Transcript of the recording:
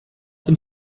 been